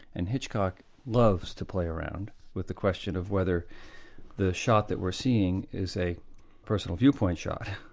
and hitchcock loves to play around with the question of whether the shot that we're seeing is a personal viewpoint shot,